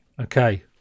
Okay